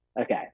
Okay